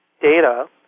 data